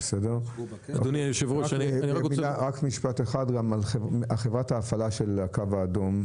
רק משפט אחד גם על חברת ההפעלה של הקו האדום,